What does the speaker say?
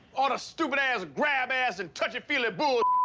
all the stupid-ass grab-ass and touchy-feely bull